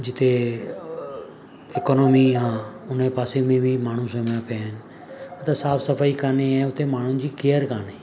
जिते इकोनॉमी आहे हुनजे पासे में बि माण्हू सुम्हिया पिया आहिनि साफ़ु सफ़ाई कान्हे ऐं उते माण्हुनि जी केयर कान्हे